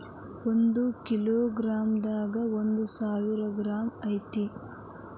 ಒಂದ kilogram ದಾಗ ಒಂದ ಸಾವಿರ ಗ್ರಾಂ ಐತಿ